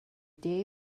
day